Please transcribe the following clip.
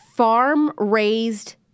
Farm-raised